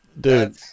Dude